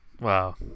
wow